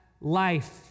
life